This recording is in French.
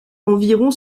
environ